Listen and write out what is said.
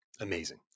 Amazing